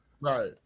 Right